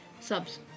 subs